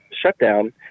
shutdown